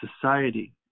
society